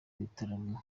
ibitaramo